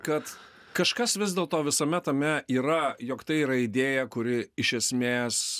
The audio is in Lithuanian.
kad kažkas vis dėl to visame tame yra jog tai yra idėja kuri iš esmės